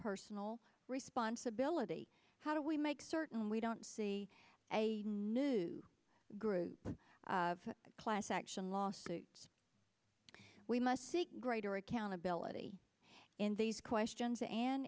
personal responsibility how do we make certain we don't see a new group of class action lawsuits we must seek greater accountability in these questions